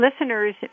listeners